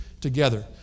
together